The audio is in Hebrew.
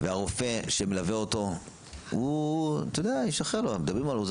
והרופא שמלווה אותו --- מדברים על עוזר